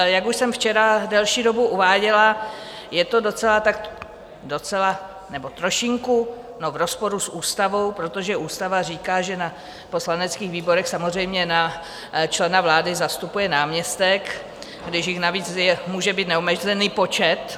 Jak už jsem včera delší dobu uváděla, je to docela nebo trošinku v rozporu s ústavou, protože ústava říká, že na poslaneckých výborech samozřejmě člena vlády zastupuje náměstek, když jich navíc může být neomezený počet.